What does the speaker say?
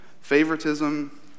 favoritism